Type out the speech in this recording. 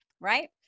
right